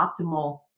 optimal